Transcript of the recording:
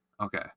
Okay